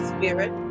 Spirit